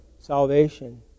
salvation